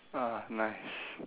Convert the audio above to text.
ah nice